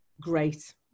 great